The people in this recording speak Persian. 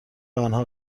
آنها